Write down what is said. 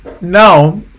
Now